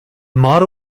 motto